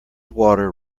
water